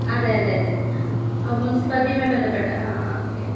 അതെയതെ അതെ ആ മുൻസിപ്പാലിറ്റിയുമായി ബന്ധപ്പെട്ട് ആ ആ ഓക്കേ